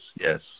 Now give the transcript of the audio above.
Yes